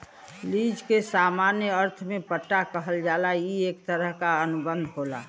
lease के सामान्य अर्थ में पट्टा कहल जाला ई एक तरह क अनुबंध होला